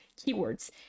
keywords